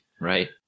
Right